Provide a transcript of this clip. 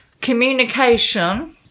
Communication